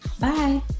bye